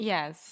Yes